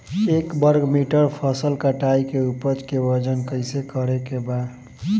एक वर्ग मीटर फसल कटाई के उपज के वजन कैसे करे के बा?